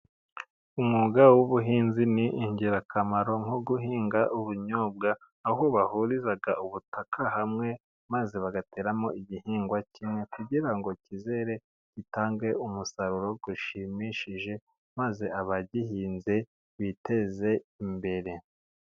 Umwuga w'ubuhinzi ni ingirakamaro nko guhinga ubunyobwa, aho bahuriza ubutaka hamwe, maze bagateramo igihingwa kimwe kugira ngo kizere gitange umusaruro ushimishije, maze abagihinze biteze imbere.